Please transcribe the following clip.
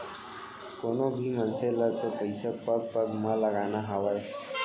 कोनों भी मनसे ल तो पइसा पग पग म लगाना हावय